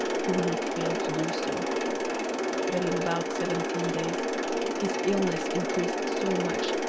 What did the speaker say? he would not fail to do so but in about seventeen days his illness increased so much,